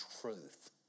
truth